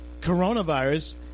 coronavirus